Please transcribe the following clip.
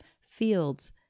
fields